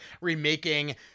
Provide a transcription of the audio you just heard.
remaking